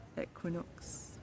equinox